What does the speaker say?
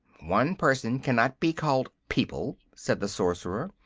one person cannot be called people, said the sorcerer.